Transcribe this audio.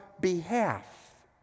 behalf